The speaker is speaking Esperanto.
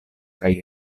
kaj